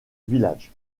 village